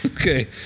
Okay